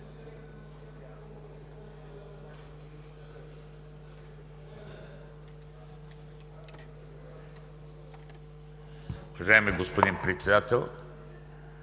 Уважаеми господин Председател,